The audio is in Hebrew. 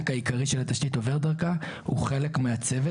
העיקרי של התשתית עובר דרכה הוא חלק מהצוות,